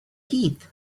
heath